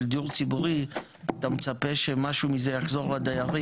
דיור ציבורי אתה מצפה שמשהו מזה יחזור לדיירים.